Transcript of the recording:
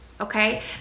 Okay